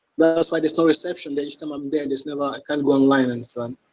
that's why there's no reception there each time i'm there, there's never, i can't go online and so on.